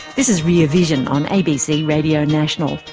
this is rear vision on abc radio national.